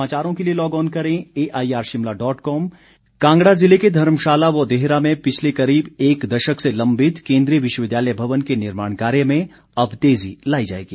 सुरेश भारद्वाज कांगड़ा ज़िले के धर्मशाला व देहरा में पिछले करीब एक दशक से लंबित केन्द्रीय विश्वविद्यालय भवन के निर्माण कार्य में अब तेज़ी लाई जाएगी